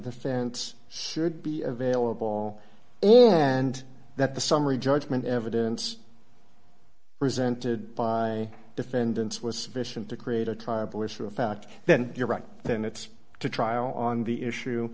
fence should be available and that the summary judgment evidence presented by defendants was sufficient to create a time for a fact then you're right then it's to trial on the issue